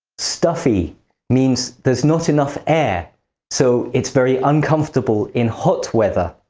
stuffy means there's not enough air so it's very uncomfortable in hot weather.